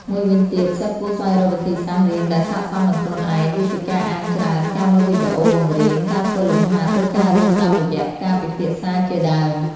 មួយវិញទៀត សិស្សគួរស្វែងរកវិធីសាស្រ្តរៀនដែលស័ក្តិសមនឹងខ្លួនឯង ដូចជាការអានច្រើន ការមើលវីដេអូបង្រៀន ការធ្វើលំហាត់ ឬការរៀនតាមរយៈការពិភាក្សាជាដើម។